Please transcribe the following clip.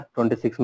26